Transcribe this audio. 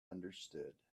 understood